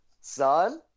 son